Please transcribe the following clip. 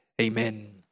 Amen